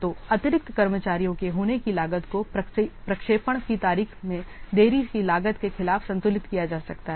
तो अतिरिक्त कर्मचारियों के होने की लागत को प्रक्षेपण की तारीख में देरी की लागत के खिलाफ संतुलित किया जा सकता है